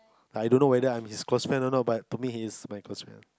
I don't know whether I'm his close friend or not but to me he is my close friend